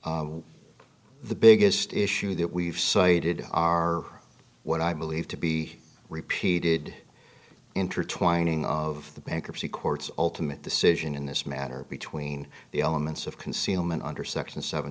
the biggest issue that we've cited are what i believe to be repeated intertwining of the bankruptcy courts ultimate decision in this matter between the elements of concealment under section seven